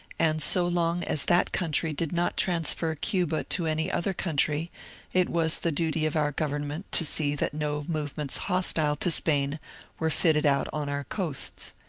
and so long as that country did not transfer cuba to any other country it was the duty of our government to see that no movements hostile to spain were fitted out on our coasts.